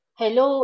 hello